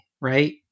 right